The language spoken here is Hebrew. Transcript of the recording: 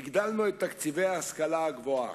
הגדלנו את תקציבי ההשכלה הגבוהה,